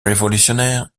révolutionnaire